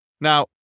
Now